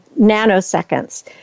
nanoseconds